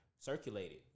circulated